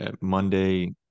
Monday